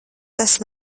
tas